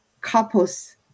couples